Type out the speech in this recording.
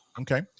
Okay